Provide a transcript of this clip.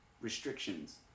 restrictions